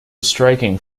striking